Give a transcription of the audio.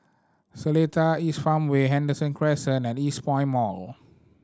Seletar East Farmway Henderson Crescent and Eastpoint Mall